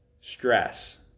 stress